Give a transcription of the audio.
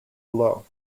below